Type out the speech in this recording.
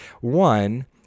One